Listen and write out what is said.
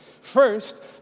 First